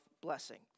blessing